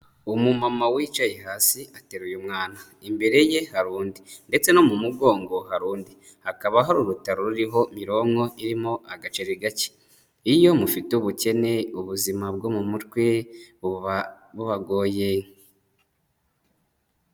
Umumama wicaye hasi ateruye umwana. Imbere ye hari undi, ndetse no mu mugongo hari undi. Hakaba hari urutaro ruriho mironko irimo agaceri gake. Iyo mufite ubukene, ubuzima bwo mu mutwe buba bubagoye.